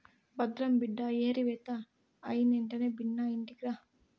భద్రం బిడ్డా ఏరివేత అయినెంటనే బిన్నా ఇంటికిరా